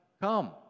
come